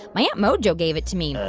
my aunt mojo gave it to me.